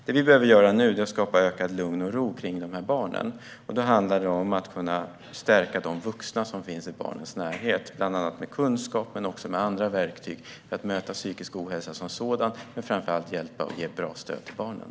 Det vi behöver göra nu är att skapa ökad lugn och ro kring dessa barn. Det handlar om att kunna stärka de vuxna som finns i barnens närhet, bland annat med kunskap men också med andra verktyg för att möta psykisk ohälsa som sådan och framför allt för att hjälpa och ge bra stöd till barnen.